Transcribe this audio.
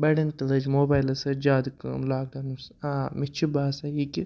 بَڑٮ۪ن تہِ لٔج موبایلَس سۭتۍ زیادٕ کٲم لاکڈاوُنَس آ مےٚ چھِ باسان یہِ کہِ